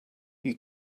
you